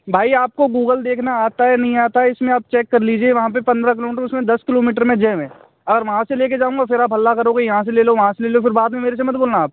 भाई आपको गूगल देखना आता है नहीं आता है इसमें आप चेक कर लीजिए वहाँ पर पन्द्रह किलोमीटर उसमें दस किलोमीटर में यह में अगर वहाँ से लेकर जाऊँगा फिर आप हल्ला करोगे यहाँ से ले लो वहाँ से ले लो फिर बाद में मेरे से मत बोलना आप